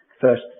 first